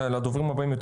לדוברים הבאים,